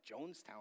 Jonestown